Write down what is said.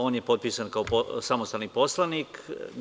On je potpisan kao samostalni poslanik.